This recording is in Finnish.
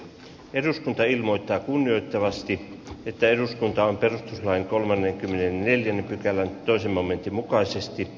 eduskunta ilmoittaa kunnioittavasti että eduskunta on perustuslain kolmenkymmenenneljän pykälän toisen momentin mukaisesti